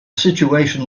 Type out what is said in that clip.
situation